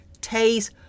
taste